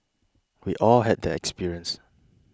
we all had that experience